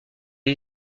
des